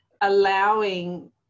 allowing